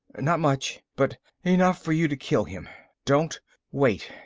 not much, but enough for you to kill him. don't wait.